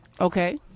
Okay